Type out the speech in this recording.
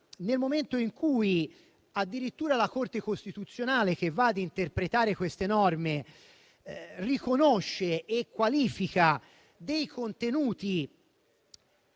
nel momento in cui addirittura la Corte costituzionale, che va ad interpretare queste norme, riconosce e qualifica dei contenuti